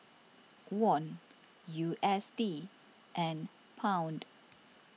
Won U S D and Pound